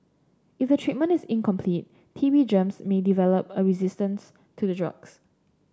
if a treatment is incomplete T B germs may develop a resistance to the drugs